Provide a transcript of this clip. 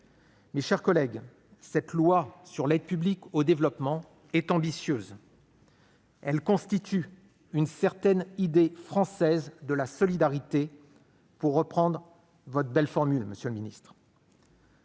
Mes chers collègues, ce texte sur l'aide publique au développement est ambitieux. Il reflète une certaine idée française de la solidarité, pour reprendre votre belle formule, monsieur le ministre.